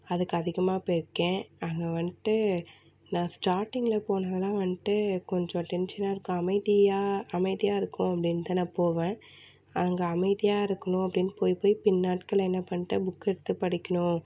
அதுக்கு அதிகமாக போயிருக்கேன் அங்கே வந்துட்டு நான் ஸ்டாட்டிங்கில் போனதலாம் வந்துட்டு கொஞ்சம் டென்ஷனா இருக்கும் அமைதியாக அமைதியாக இருக்கும் அப்படினு தான் நான் போவேன் அங்கே அமைதியாக இருக்கணும் அப்படினு போய் போய் பின் நாட்களில் என்ன பண்ணிட்டேன் புக் எடுத்து படிக்கணும்